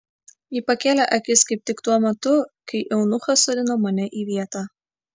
ji pakėlė akis kaip tik tuo metu kai eunuchas sodino mane į vietą